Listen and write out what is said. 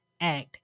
Act